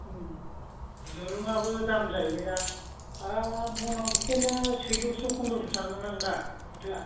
दुरुङाबो दाम जायैबाय दा मनाव बिदिनो सैद'स' फन्द्र'स' थाङो दां दा फाथोआ